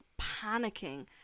panicking